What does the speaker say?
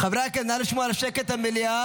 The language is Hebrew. חבר הכנסת, נא לשמור על שקט במליאה,